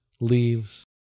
leaves